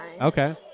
Okay